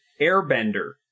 Airbender